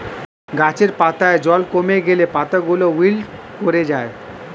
গাছের পাতায় জল কমে গেলে পাতাগুলো উইল্ট করে যায়